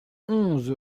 onze